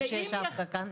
כשישבת כאן?